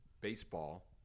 baseball